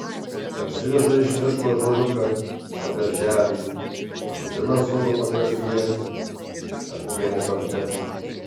parsiveža iš miško ąžuoliuką ar berželį pasodina sodo pakraštyje ar kiemo kampe